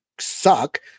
suck